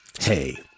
Hey